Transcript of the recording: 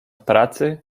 pracy